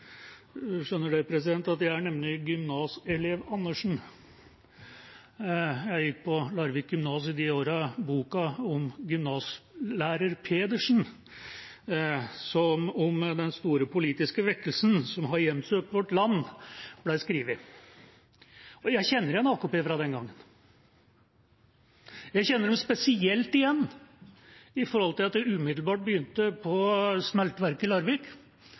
Jeg er nemlig gymnaselev Andersen. Jeg gikk på Larvik gymnas i de åra boka «Gymnaslærer Pedersens beretning om den store politiske vekkelsen som har hjemsøkt vårt land» ble skrevet, og jeg kjenner igjen AKP fra den gangen. Jeg kjenner dem spesielt igjen fordi jeg umiddelbart begynte på smelteverket i Larvik